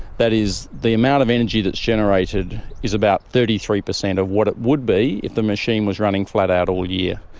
that is, the amount of energy that is generated is about thirty three percent of what it would be if the machine was running flat-out all year.